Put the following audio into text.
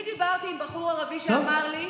אני דיברתי עם בחור ערבי שאמר לי: